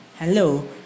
Hello